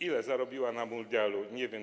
Ile zarobiła na mundialu, nie wiem.